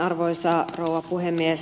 arvoisa rouva puhemies